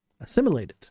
assimilated